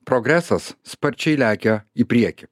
progresas sparčiai lekia į priekį